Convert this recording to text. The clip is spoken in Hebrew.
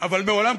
אבל מעולם,